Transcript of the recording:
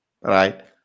right